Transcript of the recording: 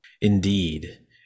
Indeed